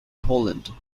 poland